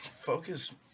focus